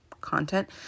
content